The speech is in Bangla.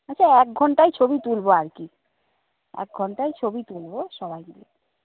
আচ্ছা এক ঘণ্টাই ছবি তুলব আর কি এক ঘণ্টাই ছবি তুলব সবাই মিলে